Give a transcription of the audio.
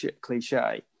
cliche